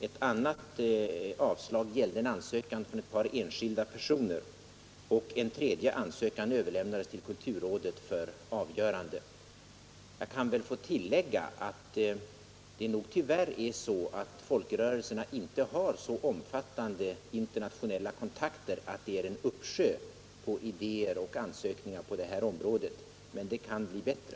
Ett annat avslag gällde en ansökan från ett par enskilda personer och en tredje ansökan överlämnades till kulturrådet för avgörande. Jag kan väl få tillägga att det nog tyvärr är så att folkrörelserna inte har så omfattande internationella kontakter att det är en uppsjö av idéer och ansökningar på detta område. Men det kan bli bättre.